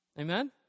Amen